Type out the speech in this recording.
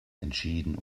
entschieden